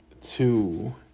two